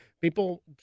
people